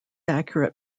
accurate